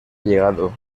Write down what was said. llegado